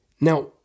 Now